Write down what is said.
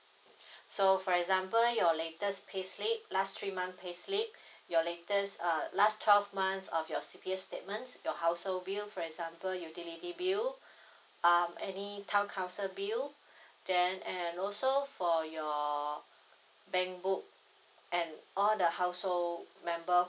so for example your latest pay slip last three my pay slip your latest uh last twelve months of your C_P_F statements your household bill for example utility bill um any town council bill then and also for your bank book at all the household member